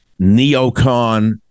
neocon